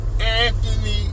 Anthony